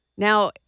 Now